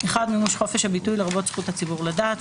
מימוש חופש הביטוי לרבות זכות הציבור לדעת,